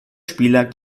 spieler